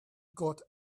got